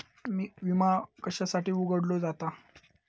विमा कशासाठी उघडलो जाता?